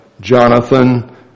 Jonathan